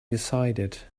decided